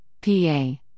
PA